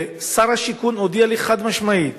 ושר השיכון הודיע לי חד-משמעית